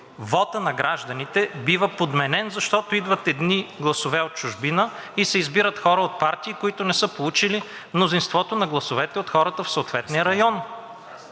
вотът на гражданите бива подменен, защото идват едни гласове от чужбина и се избират хора от партии, които не са получили мнозинството на гласовете от хората в съответния район.